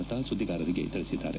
ಲತಾ ಸುದ್ದಿಗಾರರಿಗೆ ತಿಳಿಸಿದ್ದಾರೆ